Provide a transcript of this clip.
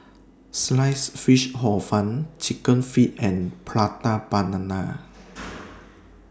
Sliced Fish Hor Fun Chicken Feet and Prata Banana